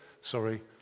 sorry